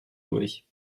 durch